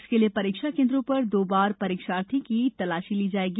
इसके लिए परीक्षा केन्द्रों पर दो बार परीक्षार्थी की तलाशी ली जायेगी